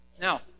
Now